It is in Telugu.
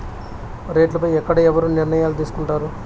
రేట్లు పై ఎక్కడ ఎవరు నిర్ణయాలు తీసుకొంటారు?